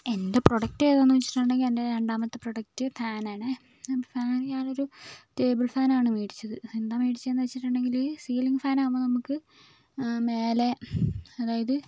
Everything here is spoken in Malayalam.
എന്റെ പ്രൊഡക്റ്റ് ഏതാണെന്ന് വെച്ചിട്ടുണ്ടെങ്കിൽ എന്റെ രണ്ടാമത്തെ പ്രോഡക്റ്റ് ഫാൻ ആണ് ഫാൻ ഞാനൊരു ടേബിള് ഫാൻ ആണ് മേടിച്ചത് എന്താണ് മേടിച്ചതെന്ന് ചോദിച്ചിട്ടുണ്ടെങ്കിൽ സീലിംഗ് ഫാൻ ആവുമ്പോൾ നമുക്ക് മേലെ അതായത്